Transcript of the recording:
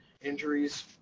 injuries